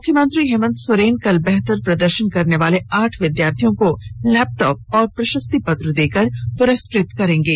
मुख्यमंत्री हेमंत सोरेन कल बेहतर प्रदर्शन करने वाले आठ विद्यार्थियों को लैपटॉप और प्रशस्ति पत्र देकर प्रस्कृत करेंगे